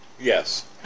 Yes